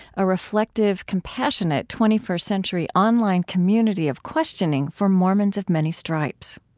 a reflective, compassionate twenty first century online community of questioning for mormons of many stripes.